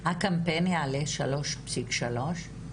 הקמפיין יעלה 3.3 מיליון שקלים?